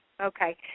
okay